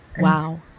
Wow